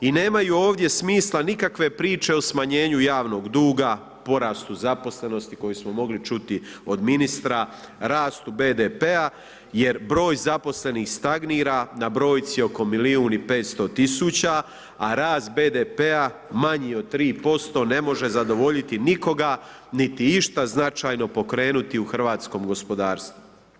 I nemaju ovdje smisla nikakve priče o smanjenju javnog duga, porastu zaposlenosti, koje smo mogli čuti od ministra, rastu BDP-a jer broj zaposlenih stagnira na brojci oko 1.500.000 a rast BDP-a manji je od 3% ne može zadovoljiti nikoga niti išta značajno pokrenuti u hrvatskom gospodarstvu.